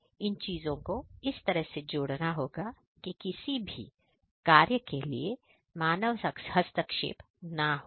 हमें इन चीजों को इस तरह से जोड़ना होगा कि किसी भी कार्य के लिए मानव हस्तक्षेप ना हो